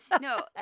no